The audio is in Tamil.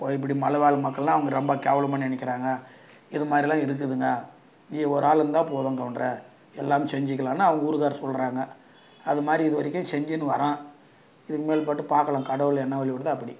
இப்படி மலைவாழ் மக்களைலாம் அவங்க ரொம்ப கேவலமாக நினைக்குறாங்க இதுமாதிரிலாம் இருக்குதுங்க நீங்கள் ஒரு ஆள் இருந்தால் போதும் கவுண்டரே எல்லாமும் செஞ்சுக்கலான்னு அவங்க ஊருக்காரரு சொல்கிறாங்க அதுமாதிரி இது வரைக்கும் செஞ்சுன்னு வரேன் இதுக்கு மேல் போட்டும் பார்க்கலாம் கடவுள் என்ன வழி விடுதோ அப்படி